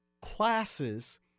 classes